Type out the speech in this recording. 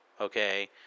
okay